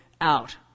out